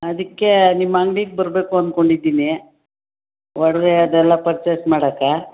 ಅದಕ್ಕೆ ನಿಮ್ಮ ಅಂಗ್ಡಿಗೆ ಬರಬೇಕು ಅಂದ್ಕೊಂಡಿದ್ದೀನಿ ಒಡವೆ ಅದೆಲ್ಲ ಪರ್ಚೆಸ್ ಮಾಡಕ್ಕೆ